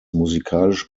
musikalisch